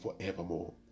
forevermore